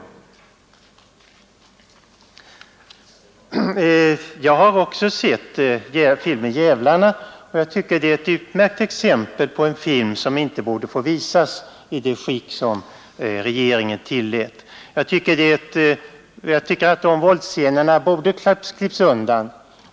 Också jag har sett filmen Djävlarna, och jag tycker den är ett utmärkt exempel på filmer som inte borde få visas i det skick som regeringen tillåtit. Jag tycker att våldsscenerna borde ha klippts.